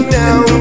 now